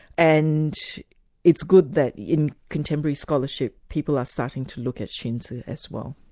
and it's good that in contemporary scholarship people are starting to look at xunzi as well.